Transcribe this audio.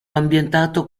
ambientato